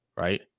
right